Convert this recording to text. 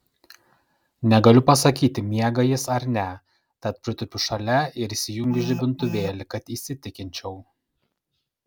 negaliu pasakyti miega jis ar ne tad pritūpiu šalia ir įsijungiu žibintuvėlį kad įsitikinčiau